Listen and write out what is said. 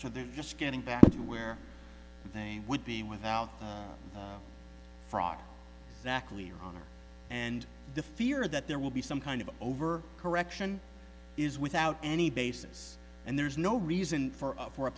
so they're just getting back to where they would be without fraud zach leave and the fear that there will be some kind of over correction is without any basis and there's no reason for of for a